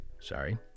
Sorry